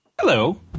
Hello